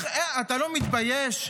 אתה לא מתבייש?